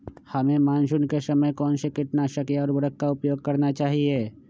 हमें मानसून के समय कौन से किटनाशक या उर्वरक का उपयोग करना चाहिए?